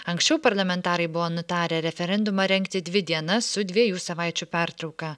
anksčiau parlamentarai buvo nutarę referendumą rengti dvi dienas su dviejų savaičių pertrauka